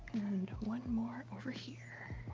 and one more over here.